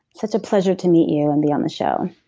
such a pleasure to meet you and be on the show